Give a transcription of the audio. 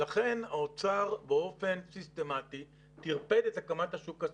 לכן האוצר באופן סיסטמתי טרפד את הקמת השוק הסיטונאי.